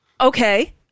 Okay